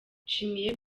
nshimiye